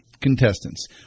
contestants